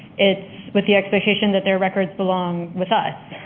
it's with the expectation that their records belong with us.